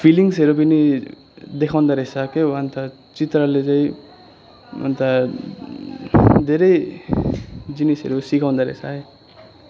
फिलिङ्सहरू पनि देखाउँदा रहेछ क्याउ हो अन्त चित्रले चाहिँ अन्त धेरै जिनिसहरू सिकाउँदा रहेछ है